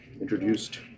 introduced